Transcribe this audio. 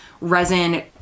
resin